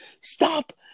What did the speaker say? Stop